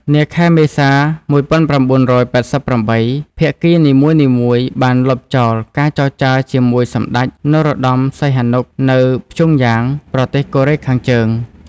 នាខែមេសា ១៩៨៨ ភាគីនីមួយៗបានលុបចោលការចរចាជាមួយសម្ដេច នរោត្តមសីហនុ នៅព្យុងយ៉ាង ប្រទេសកូរ៉េខាងជើង។